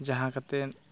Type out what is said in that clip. ᱡᱟᱦᱟᱸ ᱠᱟᱛᱮ